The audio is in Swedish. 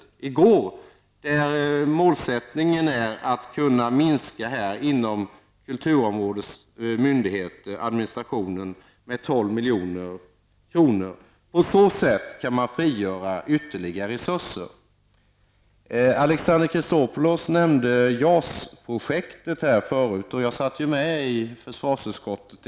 Enligt denna komletteringsproposition är målsättningen att minska kostnaderna för administrationen inom kulturområdets myndigheter med 12 milj.kr. På så sätt kan man frigöra ytterligare resurser. Alexander Chrisopoulos nämde JAS-projektet. Jag var en gång i tiden ledamot av försvarsutskottet.